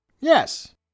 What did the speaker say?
Yes